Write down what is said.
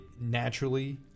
naturally